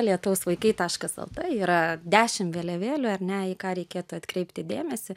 lietaus vaikai taškas lt yra dešim vėliavėlių ar ne į ką reikėtų atkreipti dėmesį